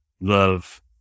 love